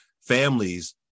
families